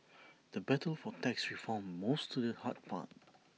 the battle for tax reform moves to the hard part